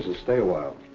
stay a while.